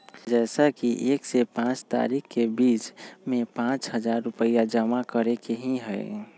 जैसे कि एक से पाँच तारीक के बीज में पाँच हजार रुपया जमा करेके ही हैई?